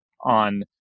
on